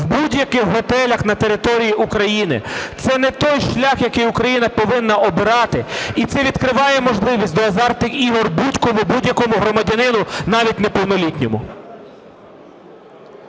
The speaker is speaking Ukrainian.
у будь-яких готелях на території України. Це не той шлях, який Україна повинна обирати, і це відкриває можливість до азартних ігор будь-кому, будь-якому громадянину навіть неповнолітньому.